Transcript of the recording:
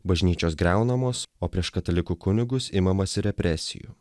bažnyčios griaunamos o prieš katalikų kunigus imamasi represijų